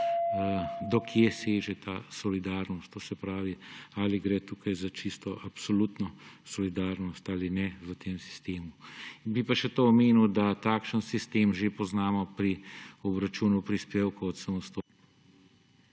do kje seže ta solidarnost, to se pravi, ali gre tukaj za čisto absolutno solidarnost ali ne v tem sistemu. Bi pa še to omenil, da takšen sistem že poznamo pri obračunu prispevkov od …